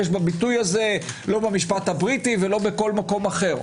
בביטוי הזה לא במשפט הבריטי ולא בכל מקום אחר.